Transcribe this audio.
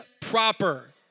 proper